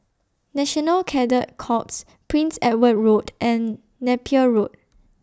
National Cadet Corps Prince Edward Road and Napier Road